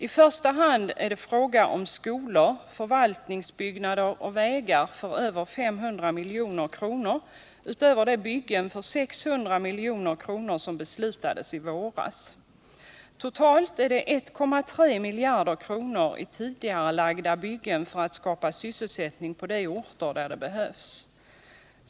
I första hand är det fråga om skolor, förvaltningsbyggnader och vägar för över 500 milj.kr. utöver de byggen för 600 milj.kr. som beslutades i våras. Totalt är det 1,3 miljarder kronor i tidigarelagda byggen för att skapa sysselsättning på de orter där det behövs.